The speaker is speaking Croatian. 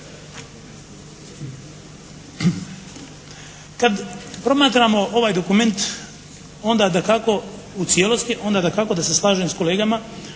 Kad promatramo ovaj dokument onda dakako, u cijelosti, onda dakako da se slažem s kolegama